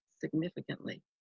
significantly